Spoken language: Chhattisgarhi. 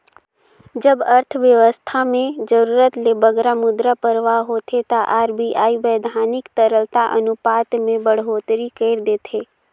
जब अर्थबेवस्था में जरूरत ले बगरा मुद्रा परवाह होथे ता आर.बी.आई बैधानिक तरलता अनुपात में बड़होत्तरी कइर देथे